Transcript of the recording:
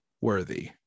worthy